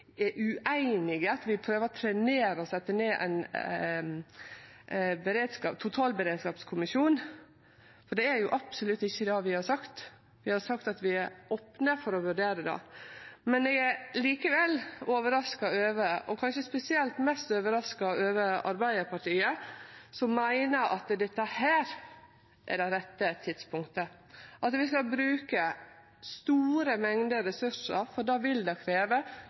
er ueinige, at vi prøver å trenere å setje ned ein totalberedskapskommisjon. Det er absolutt ikkje det vi har sagt. Vi har sagt at vi er opne for å vurdere det. Eg er likevel overraska, og kanskje mest overraska over spesielt Arbeidarpartiet, som meiner at dette er det rette tidspunktet å bruke store mengder ressursar, for det vil det